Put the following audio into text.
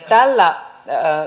tällä